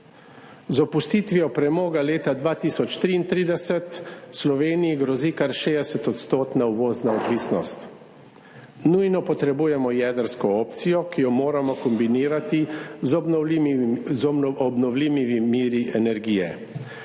Z opustitvijo premoga do leta 2033 Sloveniji grozi kar 60-odstotna uvozna odvisnost. Nujno potrebujemo jedrsko opcijo, ki jo moramo kombinirati z obnovljivimi viri energije.